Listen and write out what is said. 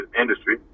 industry